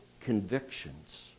convictions